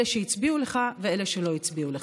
אלה שהצביעו לך ואלה שלא הצביעו לך.